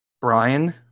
Brian